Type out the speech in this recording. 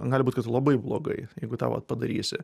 gali būt kad labai blogai jeigu tą vat padarysi